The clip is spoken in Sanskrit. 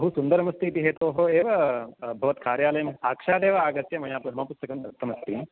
बहु सुन्दरमस्ति इति हेतोः एव भवत्कार्यालयं साक्षादेव आगत्य मया मम पुस्तकं दत्तमस्ति